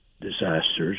disasters